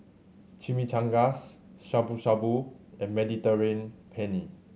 Chimichangas Shabu Shabu and Mediterranean Penne